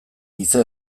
giza